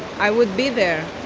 i would be there.